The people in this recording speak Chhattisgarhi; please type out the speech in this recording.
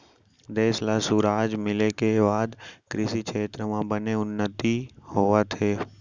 देस ल सुराज मिले के बाद कृसि छेत्र म बने उन्नति होवत हे